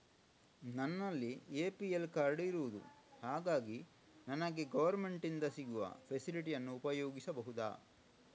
ನನ್ನಲ್ಲಿ APL card ಇರುದು ಹಾಗಾಗಿ ನನಗೆ ಗವರ್ನಮೆಂಟ್ ಇಂದ ಸಿಗುವ ಫೆಸಿಲಿಟಿ ಅನ್ನು ಉಪಯೋಗಿಸಬಹುದಾ?